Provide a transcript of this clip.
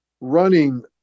running